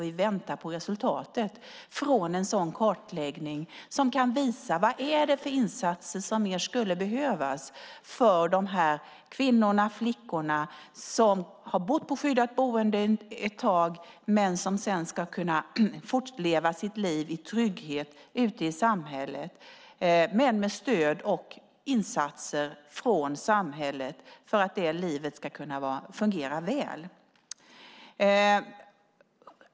Vi väntar nu på resultatet från en sådan kartläggning som kan visa vad det mer är för insatser som skulle behövas för att kvinnorna och flickorna som har bott på skyddat boende ett tag ska kunna fortleva sitt liv i trygghet ute i samhället, men med stöd och insatser från samhället för att det livet ska kunna fungera väl.